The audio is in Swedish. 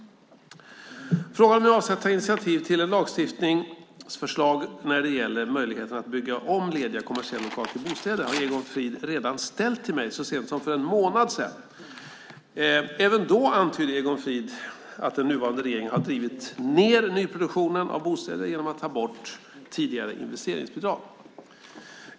Frågan om jag avser att ta initiativ till lagstiftningsförslag när det gäller möjligheten att bygga om lediga kommersiella lokaler till bostäder har Egon Frid redan ställt till mig så sent som för en månad sedan. Även då antydde Egon Frid att den nuvarande regeringen har drivit ned nyproduktionen av bostäder genom att ta bort tidigare investeringsbidrag.